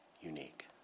unique